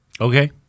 Okay